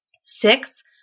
Six